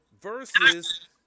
versus